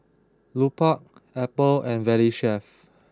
Lupark Apple and Valley Chef